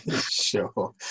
sure